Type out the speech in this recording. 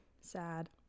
sad